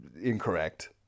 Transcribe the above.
incorrect